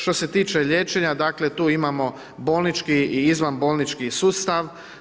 Što se tiče liječenja, dakle, tu imamo bolnički i izvanbolnički sustav.